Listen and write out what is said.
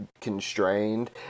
constrained